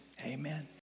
amen